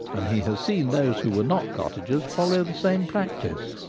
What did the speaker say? and he has seen those who were not cottagers follow the same practice.